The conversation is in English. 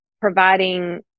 providing